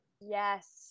Yes